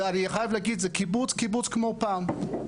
ואני חייב להגיד זה קיבוץ כמו פעם,